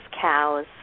cows